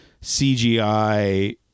CGI